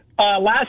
Last